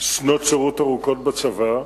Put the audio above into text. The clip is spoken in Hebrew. שנות שירות ארוכות בצבא,